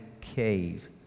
cave